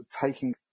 taking